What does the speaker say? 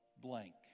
blank